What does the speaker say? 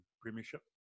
Premiership